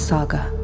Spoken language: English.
Saga